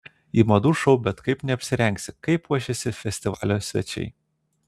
į madų šou bet kaip neapsirengsi kaip puošėsi festivalio svečiai